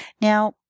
Now